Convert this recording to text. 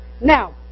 Now